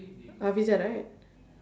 hafeezah right